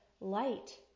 light